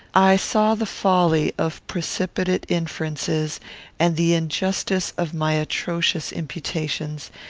i saw the folly of precipitate inferences and the injustice of my atrocious imputations,